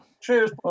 Cheers